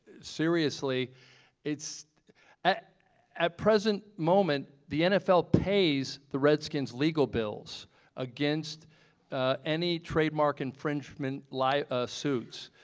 seriously it's at at present moment the nfl pays the redskins' legal bills against any trademark infringement like ah suits.